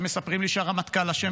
ומספרים לי שהרמטכ"ל אשם,